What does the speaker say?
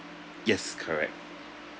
yes correct